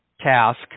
task